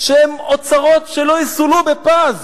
שהם אוצרות שלא יסולאו בפז.